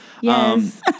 Yes